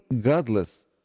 godless